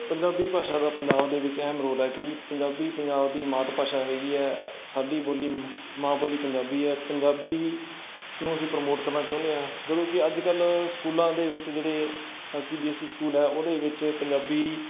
ਪੰਜਾਬੀ ਭਾਸ਼ਾ ਦਾ ਪੰਜਾਬ ਦੇ ਵਿੱਚ ਅਹਿਮ ਰੋਲ ਹੈ ਕਿਉਂਕਿ ਪੰਜਾਬੀ ਪੰਜਾਬ ਦੀ ਮਾਤ ਭਾਸ਼ਾ ਹੈਗੀ ਐ ਸਾਡੀ ਬੋਲੀ ਮਾਂ ਬੋਲੀ ਪੰਜਾਬੀ ਹੈ ਪੰਜਾਬੀ ਨੂੰ ਅਸੀਂ ਪ੍ਰਮੋਟ ਕਰਨਾ ਚਾਹੁੰਦੇ ਹਾਂ ਜਦੋਂ ਕਿ ਅੱਜ ਕੱਲ੍ਹ ਸਕੂਲਾਂ ਦੇ ਵਿੱਚ ਜਿਹੜੇ C B S E school ਹੈ ਉਹਦੇ ਵਿੱਚ ਪੰਜਾਬੀ